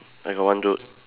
I got one dude